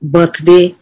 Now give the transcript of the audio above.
Birthday